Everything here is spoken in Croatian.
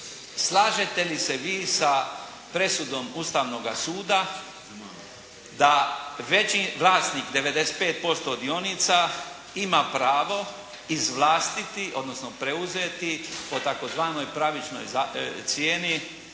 "Slažete li se vi sa presudom Ustavnoga suda da većim, vlasnik 95% dionica ima pravo izvlastiti, odnosno preuzeti po tzv. pravičnoj cijeni